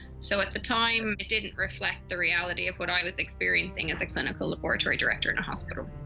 so at the time, it didn't reflect the reality of what i was experiencing as the clinical laboratory director in a hospital.